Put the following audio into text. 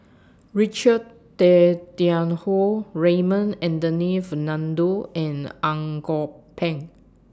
Richard Tay Tian Hoe Raymond Anthony Fernando and Ang Kok Peng